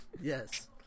Yes